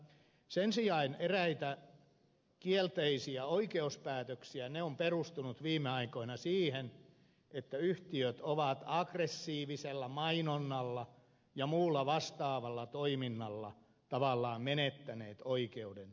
sen sijaan eräät kielteiset oikeuspäätökset ovat perustuneet viime aikoina siihen että yhtiöt ovat aggressiivisella mainonnalla ja muulla vastaavalla toiminnalla tavallaan menettäneet tämän yksinoikeuden